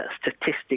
statistics